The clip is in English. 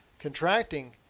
contracting